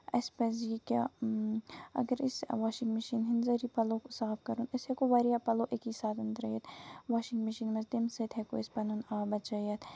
اَسہِ پَزِ یہِ کیاہ اَگر أسۍ واشِنگ مِشیٖن ہِندۍ ذٔریعہٕ پَلو لوگ صاف کَرُن أسۍ ہیٚکو واریاہ پَلو أکی ساتہٕ ترٲوِتھ واشِنگ میشیٖن منٛز تَمہِ سۭتۍ ہیٚکو أسۍ پَنُن آب بَچٲیِتھ